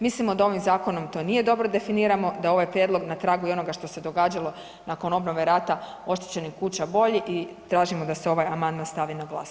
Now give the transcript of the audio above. Mislim da ovim zakonom to nije dobro definirano, da je ovaj prijedlog na tragu i onoga što se događalo nakon obnove rata oštećenih kuća bolji i tražimo da se ovaj amandman stavi na glasovanje.